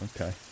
okay